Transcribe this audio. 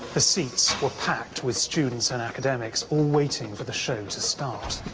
ah seats were packed with students and academics, all waiting for the show to start.